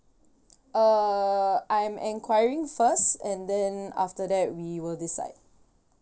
uh I am enquiring first and then after that we will decide